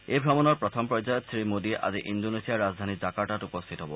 এই ভ্ৰমণৰ প্ৰথম পৰ্যায়ত শ্ৰীমোডী আজি ইণ্ডোনেছিয়াৰ ৰাজধানী জাকাৰ্টাত উপস্থিত হ'ব